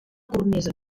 cornisa